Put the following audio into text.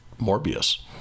Morbius